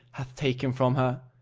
hath taken from her!